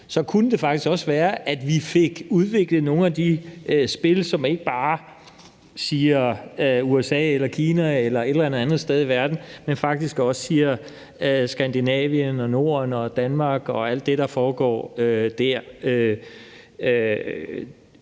kunne det faktisk også være, at vi fik udviklet nogle af de spil, som ikke bare refererer til USA eller Kina eller et eller andet andet sted i verden, men faktisk også refererer til Skandinavien, Norden og Danmark og alt det, der foregår der.